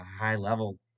high-level